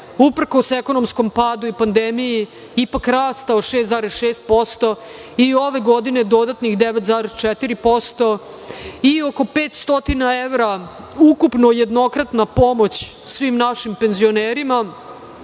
uprkos ekonomskom padu i pandemiji, ipak rastao 6,6% i ove godine dodatnih 9,4% i oko 500 evra ukupno jednokratna pomoć svim našim penzionerima.